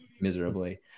miserably